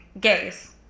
Gays